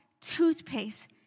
toothpaste